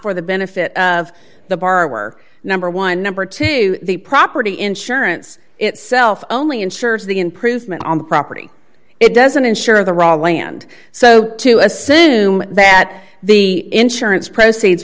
for the benefit of the borrower number one number two the property insurance itself only insures the improvement on the property it doesn't insure the raw land so to assume that the insurance proceeds